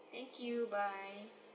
thank you bye